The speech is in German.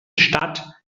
stadt